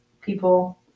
people